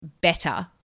better